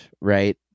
right